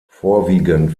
vorwiegend